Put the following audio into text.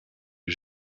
les